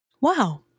Wow